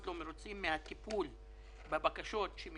בתוך זה יש עוד את ה-6 מיליארד שקל שקראנו עליהם בעיתונים שהבטיחו למי